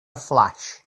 flash